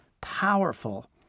powerful